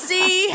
See